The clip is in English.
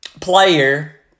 player